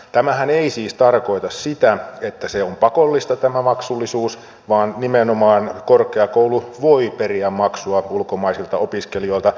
tämähän ei siis tarkoita sitä että tämä maksullisuus on pakollista vaan nimenomaan korkeakoulu voi periä maksua ulkomaisilta opiskelijoilta